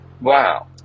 Wow